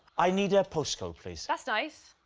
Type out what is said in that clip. i need a postcode, please. that's nice.